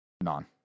non